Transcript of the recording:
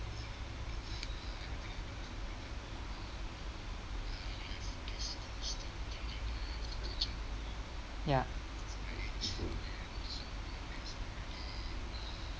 ya